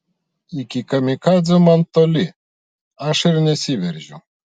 iki kamikadzių man toli aš ir nesiveržiu